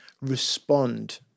respond